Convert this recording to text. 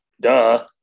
Duh